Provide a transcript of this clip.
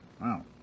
Wow